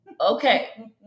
Okay